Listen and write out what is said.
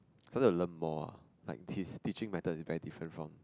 cause I learn more ah like his teaching method is very different from